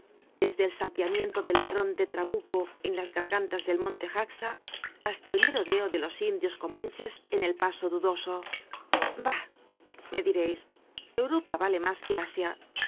desde el salteamiento del ladron de trabuco en las gargantas del monte jaxa hasta el merodeo de los indios comanches en el paso dudoso bah me direis europa vale mas que asia